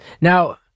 Now